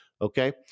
okay